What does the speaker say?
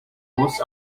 most